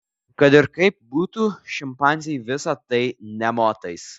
kad ir kaip būtų šimpanzei visa tai nė motais